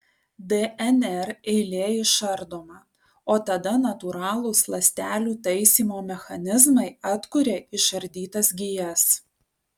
dnr eilė išardoma o tada natūralūs ląstelių taisymo mechanizmai atkuria išardytas gijas